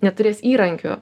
neturės įrankių